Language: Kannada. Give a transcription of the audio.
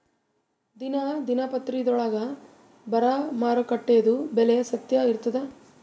ದಿನಾ ದಿನಪತ್ರಿಕಾದೊಳಾಗ ಬರಾ ಮಾರುಕಟ್ಟೆದು ಬೆಲೆ ಸತ್ಯ ಇರ್ತಾದಾ?